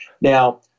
Now